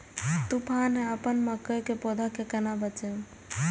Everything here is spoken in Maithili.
तुफान है अपन मकई के पौधा के केना बचायब?